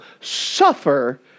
Suffer